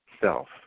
self